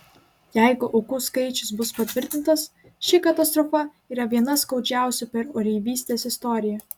jeigu aukų skaičius bus patvirtintas ši katastrofa yra viena skaudžiausių per oreivystės istoriją